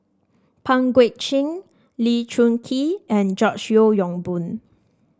Pang Guek Cheng Lee Choon Kee and George Yeo Yong Boon